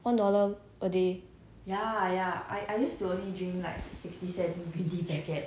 one dollar a day